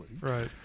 Right